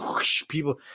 People